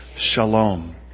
shalom